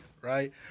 right